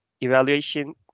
evaluation